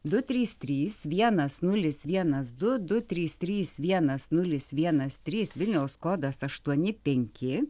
du trys trys vienas nulis vienas du du du trys trys vienas nulis vienas trys vilniaus kodas aštuoni penki